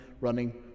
running